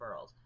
referrals